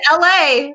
LA